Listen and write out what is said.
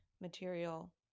material